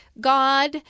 God